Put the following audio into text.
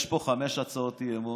יש פה חמש הצעות אי-אמון,